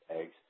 eggs